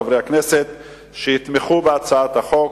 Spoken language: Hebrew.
לכן אני פונה לחברי חברי הכנסת שיתמכו בהצעת החוק,